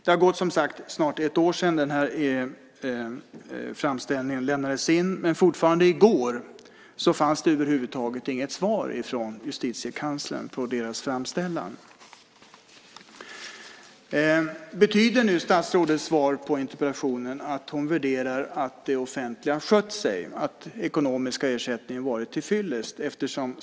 Det har som sagt snart gått ett år sedan den här framställningen lämnades in men fortfarande i går fanns det över huvud taget inget svar från Justitiekanslern på denna framställan. Betyder nu statsrådets svar på interpellationen att hon gör värderingen att det offentliga har skött sig, att den ekonomiska ersättningen har varit tillfyllest?